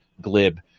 glib